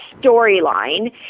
storyline